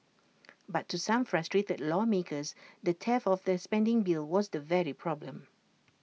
but to some frustrated lawmakers the heft of the spending bill was the very problem